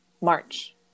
March